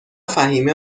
فهیمه